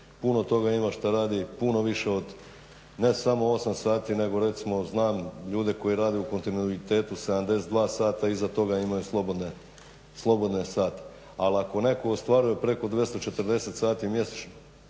Puno toga ima šta radi puno više od ne samo 8 sati nego recimo znam ljude koji rade u kontinuitetu 72 sata, iza toga imaju slobodne sate. Ali ako netko ostvaruje preko 240 sati mjesečno